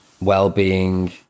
well-being